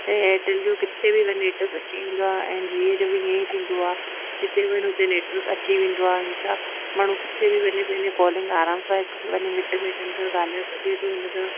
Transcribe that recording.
ऐं एयरटेल जो किथे बि वञु नेटवर्क अची वेंदो आहे ऐं जियो जो बि ईअं ई थींदो आहे जिते वञु उते नेटवर्क अची वेंदो आहे ऐं छा माण्हू किथे बि वञे पंहिंजी कॉलिंग आराम सां हिकु पंहिंजे मिटनि माइटनि खां ॻाल्हाए सघे थो हिनसां